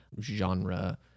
genre